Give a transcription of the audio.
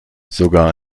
sogar